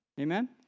Amen